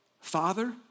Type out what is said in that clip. Father